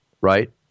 right